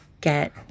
get